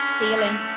feeling